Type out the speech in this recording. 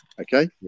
okay